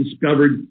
discovered